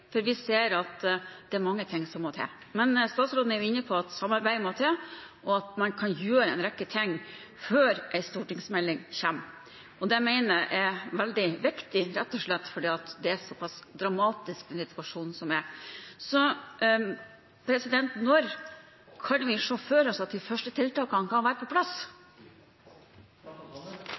for vi ser at det er mange ting som må til. Statsråden er jo inne på at samarbeid må til, og at man kan gjøre en rekke ting før en stortingsmelding kommer, og det mener jeg er veldig viktig, rett og slett fordi situasjonen er såpass dramatisk. Så når kan vi se for oss at de første tiltakene kan være på plass?